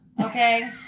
Okay